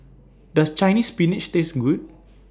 Does Chinese Spinach Taste Good